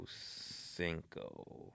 Cinco